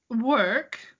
work